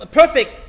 perfect